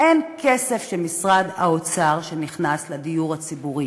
אין כסף של משרד האוצר שנכנס לדיור הציבורי.